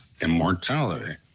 immortality